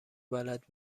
بلد